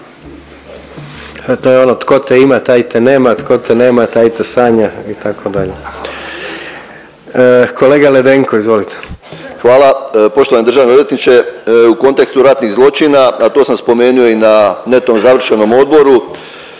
To je ono tko te ima taj te nema, tko te nema taj te sanja itd. Kolega Ledenko izvolite. **Ledenko, Ivica (MOST)** Hvala. Poštovani državni odvjetniče u kontekstu ratnih zločina, a to sam spomenuo i na neto završenom odboru,